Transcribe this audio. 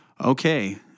okay